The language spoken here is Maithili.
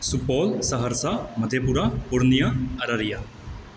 सुपौल सहरसा मधेपुरा पूर्णिया अररिया